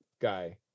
guy